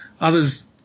others